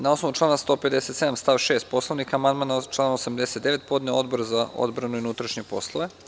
Na osnovu člana 157. stav 6. Poslovnika amandman na član 89. podneo je Odbor za odbranu i unutrašnje poslove.